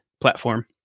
platform